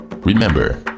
Remember